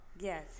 Yes